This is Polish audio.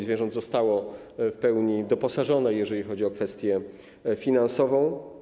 Zwierząt zostało w pełni doposażone, jeżeli chodzi o kwestię finansową.